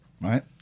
Right